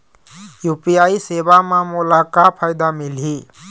UPI सेवा म मोला का फायदा मिलही?